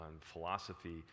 philosophy